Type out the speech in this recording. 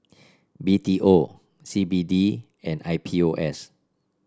B T O C B D and I P O S